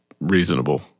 reasonable